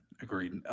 agreed